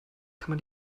kann